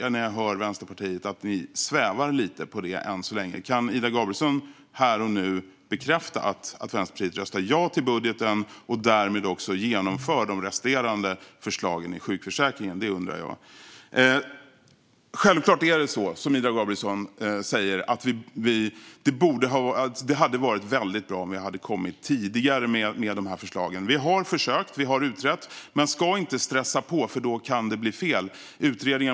När jag hör Vänsterpartiet tycker jag att ni än så länge svävar lite på målet. Kan Ida Gabrielsson här och nu bekräfta att Vänsterpartiet röstar ja till budgeten och därmed också genomför de resterande förslagen i sjukförsäkringen? Det undrar jag. Självklart är det som Ida Gabrielsson säger: Det hade varit väldigt bra om regeringen hade kommit tidigare med de här förslagen. Vi har försökt. Vi har utrett. Men man ska inte stressa på, för då kan det bli fel.